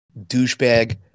douchebag